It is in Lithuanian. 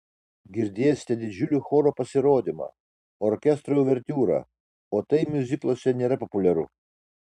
girdėsite didžiulį choro pasirodymą orkestro uvertiūrą o tai miuzikluose nėra populiaru